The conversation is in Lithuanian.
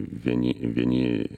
vieni vieni